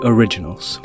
Originals